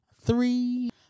Three